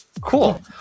Cool